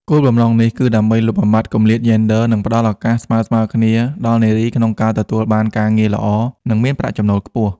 គោលបំណងនេះគឺដើម្បីលុបបំបាត់គំលាតយេនឌ័រ និងផ្តល់ឱកាសស្មើៗគ្នាដល់នារីក្នុងការទទួលបានការងារល្អ និងមានប្រាក់ចំណូលខ្ពស់។